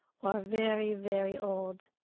or very, very old.